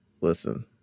Listen